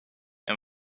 and